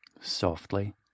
Softly